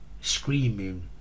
screaming